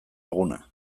eguna